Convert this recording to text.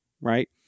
right